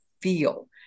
feel